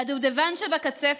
והדובדבן שבקצפת,